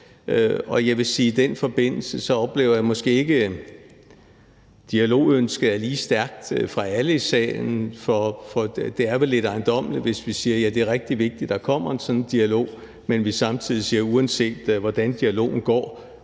Og jeg vil sige, at jeg i den forbindelse måske ikke oplever, at dialogønsket er lige stærkt hos alle i salen, for det er vel lidt ejendommeligt, hvis vi siger, at det er rigtig vigtigt, at der kommer sådan en dialog, men samtidig siger, at uanset hvordan dialogen går,